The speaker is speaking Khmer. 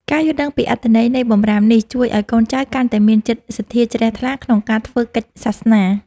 ការយល់ដឹងពីអត្ថន័យនៃបម្រាមនេះជួយឱ្យកូនចៅកាន់តែមានចិត្តសទ្ធាជ្រះថ្លាក្នុងការធ្វើកិច្ចសាសនា។